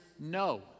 no